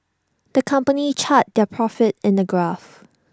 the company charted their profits in the graph